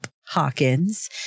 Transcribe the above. Hawkins